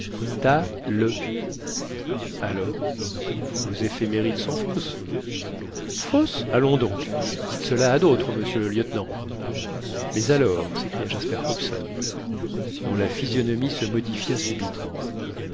alors vos éphémérides sont fausses fausses allons donc dites cela à d'autres monsieur le lieutenant mais alors s'écria jasper hobson dont la physionomie se modifia subitement